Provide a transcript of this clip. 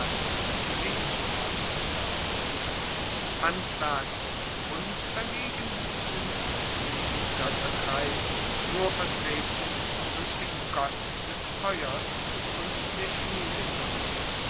handwerk und kunst dagegen sind in diesem goetterkreis nur vertreten durch den gott des feuers und der schmiedekunst